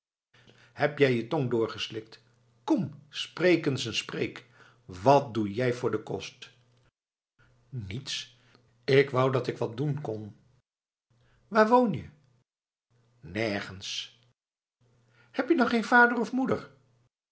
heb jij je tong doorgeslikt kom spreek eens een spreek wat doe jij voor den kost niets ik wou dat ik wat doen kon waar woon je nergens heb je dan geen vader of moeder